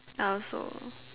I also